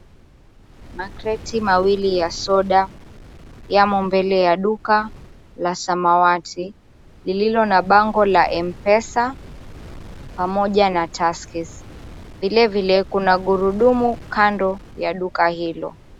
Makreti mawili ya soda yamo mbele ya duka ya samawati lililo na bango la mpesa pamoja na Tuskeys, vilevile kuna gurudumu kando ya duka hilo.